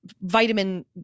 vitamin